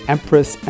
Empress